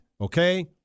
Okay